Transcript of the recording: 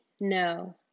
No